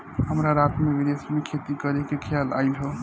हमरा रात में विदेश में खेती करे के खेआल आइल ह